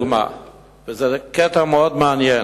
וזה קטע מאוד מעניין,